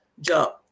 jump